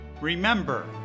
Remember